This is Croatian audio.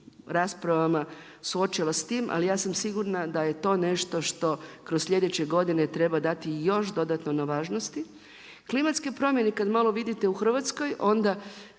raspravama suočava sa tim, ali ja sam sigurna da je to nešto što kroz sljedeće godine treba dati još dodatno na važnosti. Klimatske promjene kad malo vidite u Hrvatskoj, onda